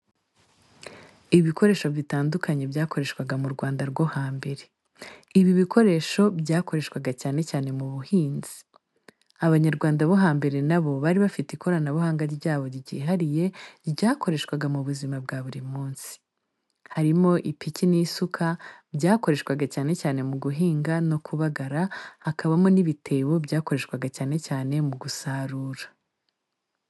Ibikoresho bitandukanye byakoreshwaga mu Rwanda rwo hambere, ibi bikoresho byakoreshwaga cyane cyane mu buhinzi. Abanyarwanda bo hambere na bo bari bafite ikoranabuhanga ryabo ryihariye ryakoreshwaga mu buzima bwa buri munsi. Harimo ipiki n'isuka byakoreshwaga cyane cyane mu guhinga no kubagara, hakabamo n'ibitebo byakoreshwaga cyane cyane mu gusarura.